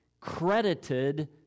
credited